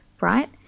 right